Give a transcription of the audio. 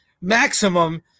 maximum